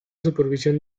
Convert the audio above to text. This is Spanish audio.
supervisión